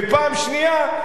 ופעם שנייה,